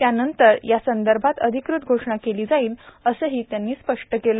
त्यानंतर यासंदर्भात अधिकृत घोषणा केली जाईल असेही त्यांनी स्पष्ट केले